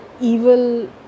evil